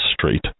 Street